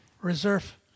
Reserve